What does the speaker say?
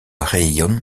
raïon